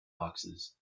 boxes